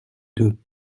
deux